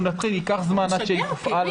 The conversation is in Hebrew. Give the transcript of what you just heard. ייקח זמן עד שזה יפעל.